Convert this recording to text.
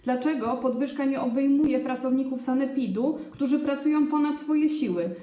Dlaczego podwyżka nie obejmuje pracowników sanepidu, którzy pracują ponad swoje siły?